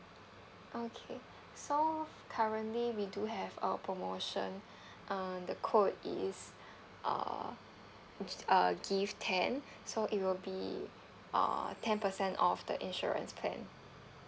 okay so currently we do have a promotion uh the code is err gi~ uh gift ten so it will be uh ten percent off the insurance plan